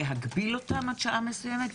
להגביל אותם עד שעה מסוימת.